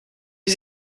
wie